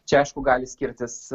čia aišku gali skirtis